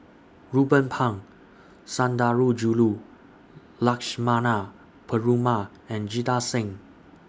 Ruben Pang Sundarajulu Lakshmana Perumal and Jita Singh